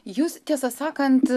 jūs tiesą sakant